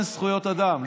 אין זכויות אדם,